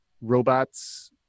robots